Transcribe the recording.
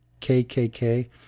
KKK